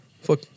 Fuck